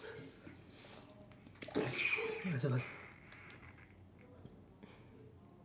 it's over